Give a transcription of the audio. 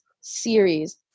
series